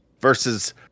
versus